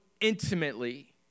intimately